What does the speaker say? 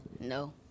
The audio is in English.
No